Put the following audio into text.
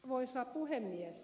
arvoisa puhemies